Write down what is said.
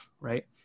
right